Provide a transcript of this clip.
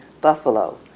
Buffalo